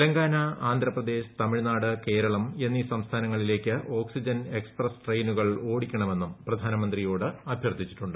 തെല്ലൂങ്കാന ആന്ധ്രാ പ്രദേശ് തമിഴ്നാട് കേരളം എന്നീ സംസ്ഥാനങ്ങളിലേക്ക് oxygen express ട്രെയിനുകൾ ഓട്ടിക്ക്ണ്മെന്നും പ്രധാനമന്ത്രിയോട് അഭ്യർത്ഥിച്ചിട്ടുണ്ട്